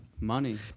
Money